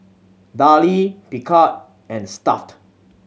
Darlie Picard and Stuff'd